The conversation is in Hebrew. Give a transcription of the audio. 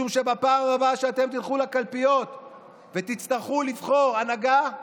משום שבפעם הבאה שאתם תלכו לקלפיות ותצטרכו לבחור הנהגה,